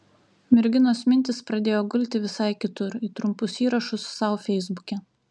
merginos mintys pradėjo gulti visai kitur į trumpus įrašus sau feisbuke